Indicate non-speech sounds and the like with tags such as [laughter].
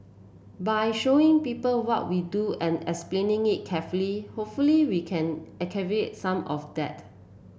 by showing people what we do and explaining it carefully hopefully we can [unintelligible] some of that